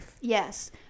Yes